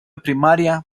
primaria